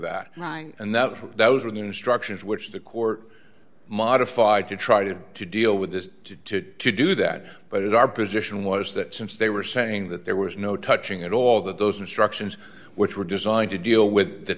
that and that those are the instructions which the court modified to try to to deal with this to to do that but our position was that since they were saying that there was no touching at all that those instructions which were designed to deal with the